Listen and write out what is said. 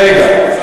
רגע.